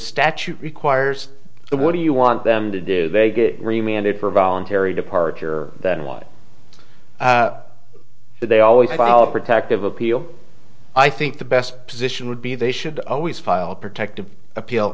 statute requires so what do you want them to do they get reminded for a voluntary departure than what but they always file a protective appeal i think the best position would be they should always file a protective appeal